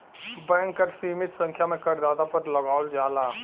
bank कर सीमित संख्या में करदाता पर लगावल जाला